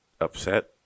upset